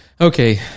okay